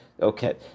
Okay